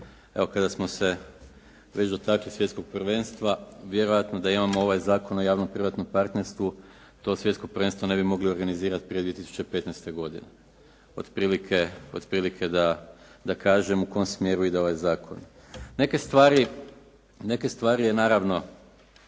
kada smo se već dotakli svjetskog prvenstva, vjerojatno da imamo ovaj Zakon o javno-privatnom partnerstvu to svjetsko prvenstvo ne bi mogli organizirati prije 2015. godine, otprilike da kažem u kom smjeru ide ovaj zakon. Neke stvari je naravno